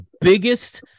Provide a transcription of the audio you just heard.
biggest